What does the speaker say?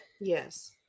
Yes